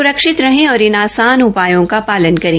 स्रक्षित रहें और इन आसान उपायों का पालन करें